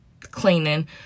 cleaning